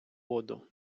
воду